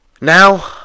Now